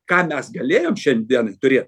ką mes galėjom šiandienai turėt